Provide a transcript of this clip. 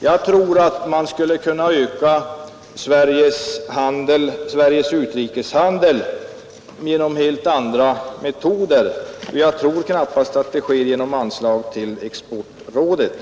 Jag tror att man skulle kunna öka Sveriges utrikeshandel med helt andra metoder, och jag tror knappast det sker genom anslag till exportrådet.